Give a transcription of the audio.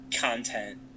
content